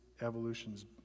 evolution's